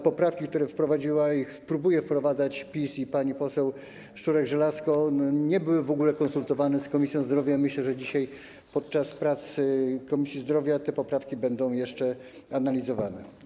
Poprawki, które wprowadziło i próbuje wprowadzać PiS i pani poseł Szczurek-Żelazko, nie były w ogóle konsultowane z Komisją Zdrowia i myślę, że dzisiaj podczas prac Komisji Zdrowia te poprawki będą jeszcze analizowane.